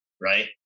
right